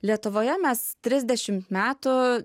lietuvoje mes trisdešimt metų